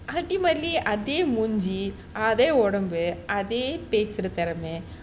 ultimately அதே மூஞ்சி அதே உடம்பு அதே பேசுற திறமை:athae moonlight athae udambu athae pesura thiramai